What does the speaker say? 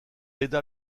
aida